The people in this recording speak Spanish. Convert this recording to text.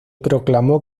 proclamó